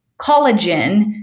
collagen